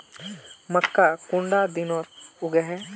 मक्का कुंडा दिनोत उगैहे?